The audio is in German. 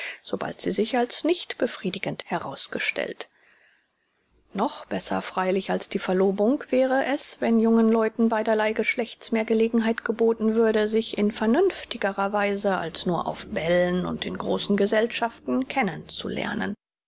sobald sie sich als nicht befriedigend herausgestellt noch besser freilich als die verlobung wäre es wenn jungen leuten beiderlei geschlechts mehr gelegenheit geboten würde sich in vernünftigerer weise als nur auf bällen und in großen gesellschaften